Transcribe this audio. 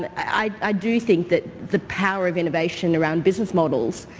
i do think that the power of innovation around business models.